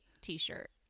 t-shirt